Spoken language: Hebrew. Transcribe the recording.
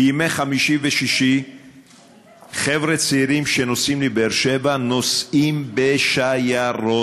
בימי חמישי ושישי חבר'ה צעירים שנוסעים מבאר-שבע נוסעים בשיירות.